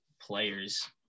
players